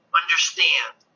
understand